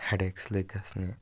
head ایکٕس لٔگۍ گژھنہِ